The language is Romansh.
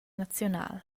naziunal